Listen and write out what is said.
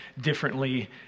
differently